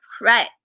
right